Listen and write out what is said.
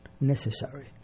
necessary